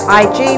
ig